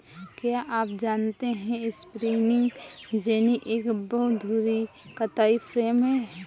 क्या आप जानते है स्पिंनिंग जेनि एक बहु धुरी कताई फ्रेम है?